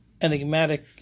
enigmatic